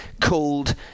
called